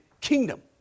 kingdom